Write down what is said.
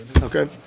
Okay